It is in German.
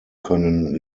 können